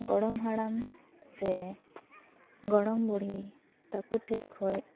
ᱜᱚᱲᱚᱢ ᱦᱟᱲᱟᱢ ᱥᱮ ᱜᱚᱲᱚᱢ ᱵᱩᱲᱦᱤ ᱛᱟᱠᱚ ᱴᱷᱮᱡ ᱠᱷᱚᱡ